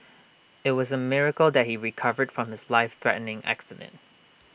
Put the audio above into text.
IT was A miracle that he recovered from his life threatening accident